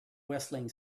whistling